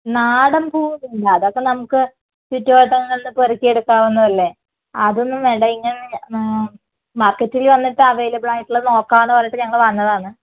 നാടൻ പൂവുണ്ട് അതൊക്കെ നമുക്ക് ചുറ്റുവട്ടങ്ങളിൽ നിന്ന് പെറുക്കി എടുക്കാവുന്നതല്ലേ അതൊന്നും വേണ്ട ഇങ്ങനെ മ് മാർക്കെറ്റില് വന്നിട്ട് അവൈലബിളായിട്ടുള്ളത് നോക്കാന്ന് പറഞ്ഞിട്ട് ഞങ്ങള് വന്നതാണ്